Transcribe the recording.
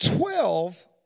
Twelve